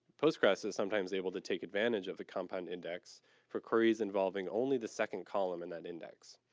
postgress is sometimes able to take advantage of the compound index for queries involving only the second column in that index.